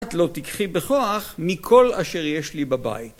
את לא תיקחי בכוח מכל אשר יש לי בבית.